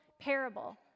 parable